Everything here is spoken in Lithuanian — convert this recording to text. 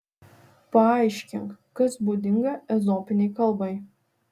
paaiškink kas būdinga ezopinei kalbai